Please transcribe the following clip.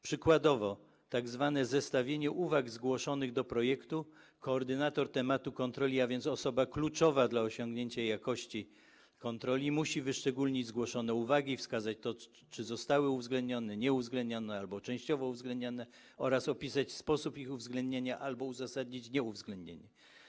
Przykładowo w tzw. zestawieniu uwag zgłoszonych do projektu koordynator tematu kontroli, a więc osoba kluczowa dla osiągnięcia jakości kontroli, musi wyszczególnić zgłoszone uwagi, wskazać, czy zostały one uwzględnione, nieuwzględnione, czy częściowo uwzględnione, oraz opisać sposób ich uwzględnienia albo uzasadnić ich nieuwzględnienie.